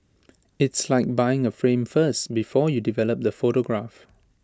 it's like buying A frame first before you develop the photograph